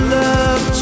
love